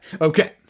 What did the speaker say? Okay